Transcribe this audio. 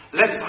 let